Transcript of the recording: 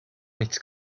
nichts